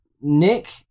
Nick